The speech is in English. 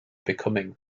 becoming